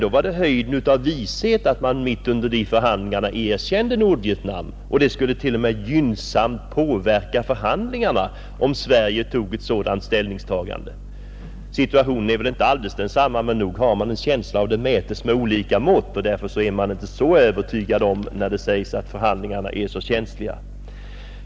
Då var det höjden av vishet att man mitt under dessa förhandlingar erkände Nordvietnam, och det skulle t.o.m. gynnsamt påverka förhandlingarna om Sverige gjorde ett sådant ställningstagande. Situationen är inte exakt densamma i detta fall, men nog har man en känsla av att det mäts med olika mått, och därför blir man inte alldeles övertygad av talet om att förhandlingarna är så känsliga.